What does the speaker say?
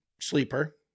sleeper